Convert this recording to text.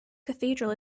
cathedral